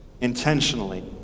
intentionally